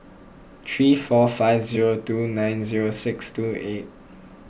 three four five zero two nine zero six two eight